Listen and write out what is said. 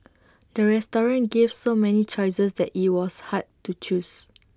the restaurant gave so many choices that IT was hard to choose